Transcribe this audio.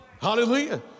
hallelujah